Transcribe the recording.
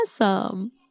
Awesome